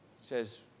says